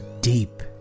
deep